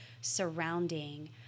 surrounding